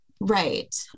Right